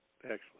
Excellent